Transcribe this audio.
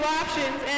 options